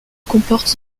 comporte